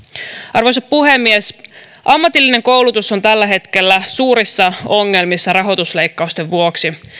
arvoisa puhemies ammatillinen koulutus on tällä hetkellä suurissa ongelmissa rahoitusleikkausten vuoksi